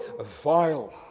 vile